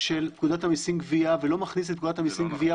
של פקודת המיסים גבייה ולא מכניס את פקודת המיסים גביה.